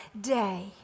day